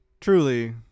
Truly